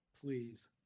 Please